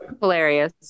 Hilarious